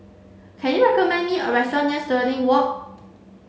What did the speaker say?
can you recommend me a restaurant near Stirling Walk